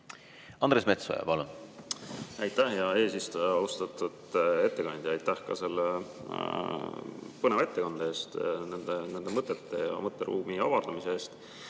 Andres Metsoja, palun! Aitäh, hea eesistuja! Austatud ettekandja, aitäh selle põneva ettekande eest, nende mõtete ja mõtteruumi avardamise eest!